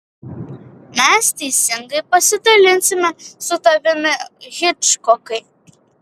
mes teisingai pasidalinsime su tavimi hičkokai